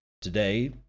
Today